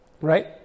Right